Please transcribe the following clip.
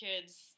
kids